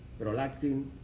prolactin